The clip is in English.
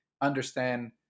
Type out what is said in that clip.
understand